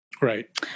Right